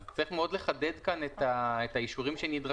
אז צריך מאוד לחדד כאן את האישורים שנדרשים.